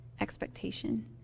expectation